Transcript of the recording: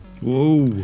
Whoa